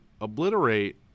obliterate